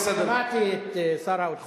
השעון מזייף בגלל החשמל, יש פה עוד, השעון בסדר.